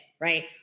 right